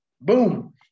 Boom